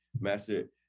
master